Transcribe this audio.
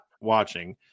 watching